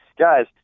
Guys